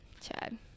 Chad